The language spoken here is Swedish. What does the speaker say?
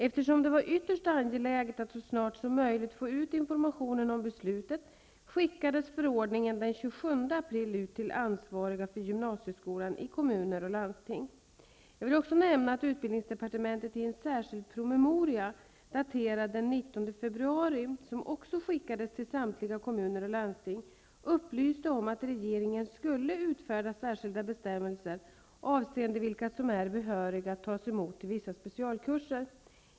Eftersom det var ytterst angeläget att så snart som möjligt få ut information om beslutet, skickades förordningen den 27 april ut till ansvariga för gymnasieskolan i kommuner och landsting. Jag vill också nämna att utbildningsdepartementet i en särskild promemoria daterad den 19 februari, som också skickades till samtliga kommuner och landsting, upplyste om att regeringen skulle utfärda särskilda bestämmelser avseende vilka som är behöriga att tas emot till vissa specialkurser.